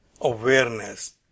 awareness